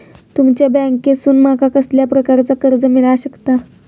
तुमच्या बँकेसून माका कसल्या प्रकारचा कर्ज मिला शकता?